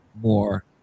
more